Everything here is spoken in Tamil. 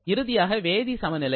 இறுதியாக வேதி சமநிலை